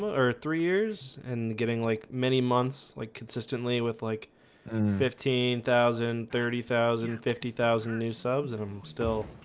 or three years and getting like many months like consistently with like and fifteen thousand thirty thousand fifty thousand new subs and i'm still